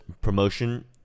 promotion